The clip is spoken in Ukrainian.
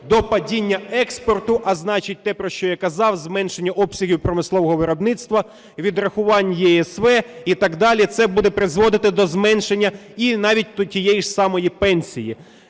до падіння експорту. А, значить, те, про що я казав - зменшення обсягів промислового виробництва, відрахувань ЄСВ і так далі, - це буде призводити до зменшення, і навіть тієї ж самої пенсії.